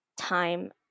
time